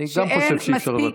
אני גם חושב שאפשר לוותר.